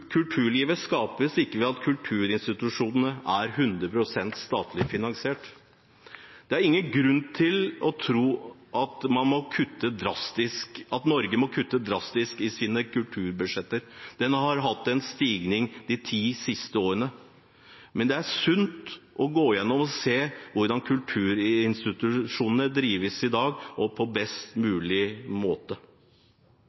statlig finansiert. Det er ingen grunn til å tro at Norge må kutte drastisk i sine kulturbudsjetter. De har hatt en stigning de ti siste årene. Men det er sunt å gå igjennom og se hvordan kulturinstitusjonene drives i dag og på best mulig måte.